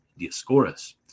Dioscorus